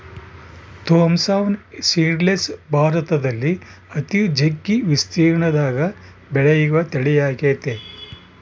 Thompson seedless ಭಾರತದಲ್ಲಿ ಅತಿ ಜಗ್ಗಿ ವಿಸ್ತೀರ್ಣದಗ ಬೆಳೆಯುವ ತಳಿಯಾಗೆತೆ